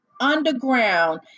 underground